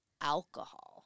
alcohol